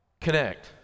connect